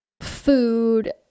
food